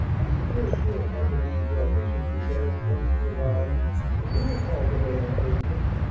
i suppose you have had to leave your dishes and beds once in a while when you were called away on business.